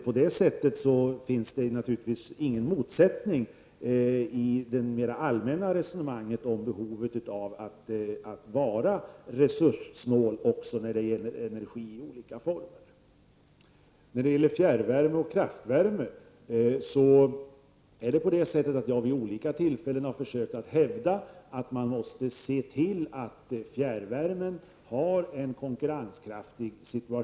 På så vis finns naturligtvis ingen motsättning i det mera allmänna resonemanget om behovet av att vara resurssnål också när det gäller energi i olika former. När det gäller fjärrvärme och kraftvärme har jag vid olika tillfällen försökt hävda att man måste se till att fjärrvärmen blir konkurrenskraftig.